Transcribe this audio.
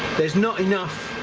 there's not enough